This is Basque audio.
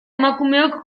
emakumeok